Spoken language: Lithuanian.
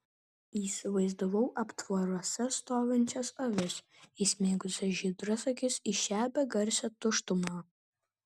įsivaizdavau aptvaruose stovinčias avis įsmeigusias žydras akis į šią begarsę tuštumą